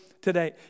today